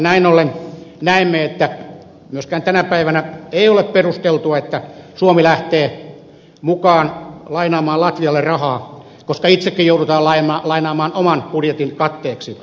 näin ollen näemme että myöskään tänä päivänä ei ole perusteltua että suomi lähtee mukaan lainaamaan latvialle rahaa koska itsekin joudumme lainaamaan oman budjetin katteeksi